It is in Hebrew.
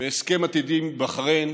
בהסכם עתידי עם בחריין